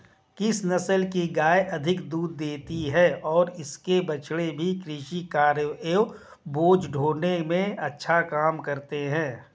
किस नस्ल की गायें अधिक दूध देती हैं और इनके बछड़े भी कृषि कार्यों एवं बोझा ढोने में अच्छा काम करते हैं?